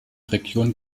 region